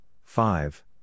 five